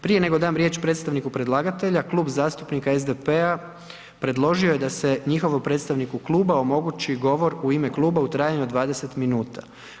Prije nego dam riječ predstavniku predlagatelja Klub zastupnika SDP-a predložio je da se njihovom predstavniku kluba omogući govor u ime kluba u trajanju od 20 minuta.